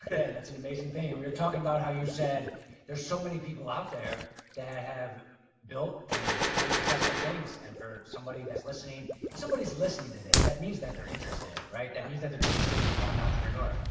yeah and that's an amazing thing. and we were talking about how you said there's so many people out there that have ah built and done successful things. and for somebody that's listening, if somebody is listening to this, that means that they're interested, right. that means that they're interested in becoming an entrepreneur.